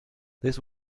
this